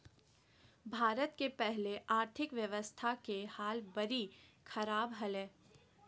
भारत के पहले आर्थिक व्यवस्था के हाल बरी ख़राब हले